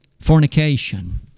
fornication